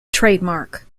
trademark